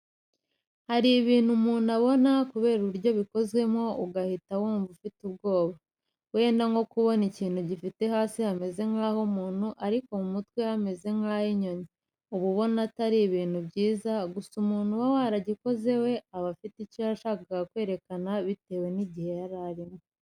Hari ibintu ubona kubera uburyo bikozemo ugahita wumva ufite ubwoba, wenda nko kubona ikintu gifite hasi hameze nk'ah'umuntu ariko ku mutwe hameze nk'ah'inyoni uba ubona atari ibintu byiza. Gusa umuntu uba warabikoze we aba afite icyo yashakaga kwerekana bitewe n'igihe yari arimo.